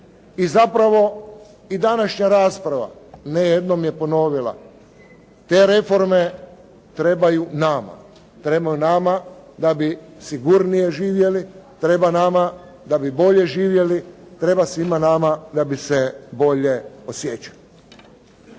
i zapravo i današnja rasprava ne jednom je ponovila te reforme trebaju nama. Trebaju nama da bi sigurnije živjeli. Treba nama da bi bolje živjeli. Treba svima nama da bi se bolje osjećali.